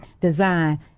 design